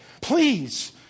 Please